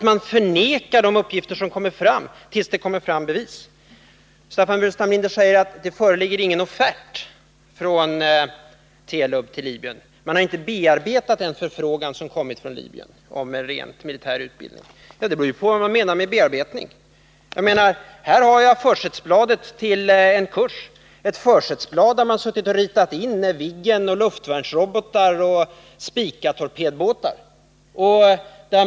Man förnekar de uppgifter som kommer fram, tills det läggs fram bevis. Staffan Burenstam Linder säger att det inte föreligger någon offert från Telub. Man har inte bearbetat den förfrågan som kommit från Libyen om en ren militärutbildning, heter det. Men det beror ju på vad man menar med bearbetning. Här har jag försättsblad till en kurs, ett försättsblad där man suttit och ritat in Viggen, luftvärnsrobotar och Spicatorpedbåtar.